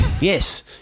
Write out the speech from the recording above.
Yes